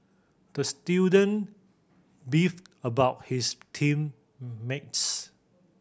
the student beefed about his team mates